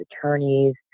attorneys